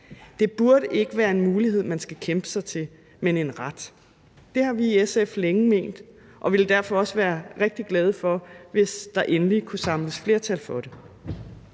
Det burde ikke være en mulighed, man skal kæmpe sig til, men en ret. Det har vi i SF længe ment, og vi ville derfor også være rigtig glade for, hvis der endelig kunne samles flertal for det.